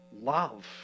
love